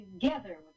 together